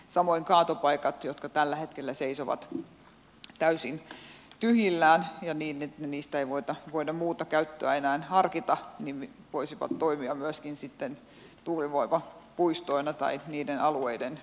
samoin kaatopaikat jotka tällä hetkellä seisovat täysin tyhjillään ja niin että niille ei voida muuta käyttöä enää harkita voisivat toimia myöskin sitten tuulivoimapuistoina tai niiden alueiden mahdollistajana